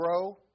grow